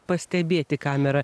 pastebėti kamerą